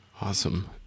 Awesome